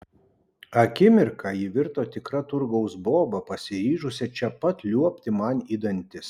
akimirką ji virto tikra turgaus boba pasiryžusia čia pat liuobti man į dantis